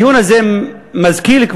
הדיון הזה מזכיר לי,